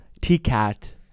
T-Cat